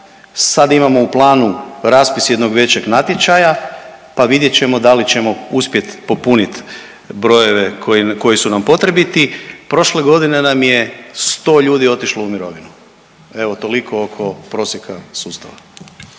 Sad imamo u planu raspis jednog većeg natječaja pa vidjet ćemo da li ćemo uspjeti popunit brojeve koji su nam potrebiti. Prošle godine nam je 100 ljudi otišlo u mirovinu. Evo, toliko oko prosjeka sustava.